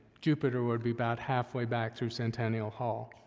jupiter would be about halfway back through centennial hall.